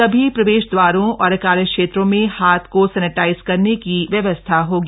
सभी प्रवेश दवारों और कार्य क्षेत्रों में हाथ को सेनेटाइज करने की व्यवस्था होगी